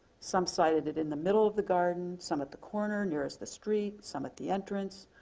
some cited it in the middle of the garden, some at the corner nearest the street, some at the entrance.